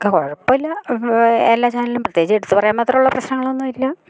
കുഴപ്പമില്ല എല്ലാ ചാനലും പ്രത്യേകിച്ച് എടുത്ത് പറയാൻ മാത്രമുള്ള പ്രശ്നങ്ങളൊന്നുമില്ല